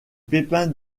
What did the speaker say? pépins